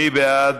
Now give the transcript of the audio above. מי בעד?